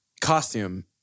costume